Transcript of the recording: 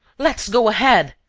let's go ahead,